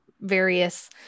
various